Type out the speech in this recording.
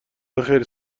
بخیر